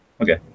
okay